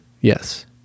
Yes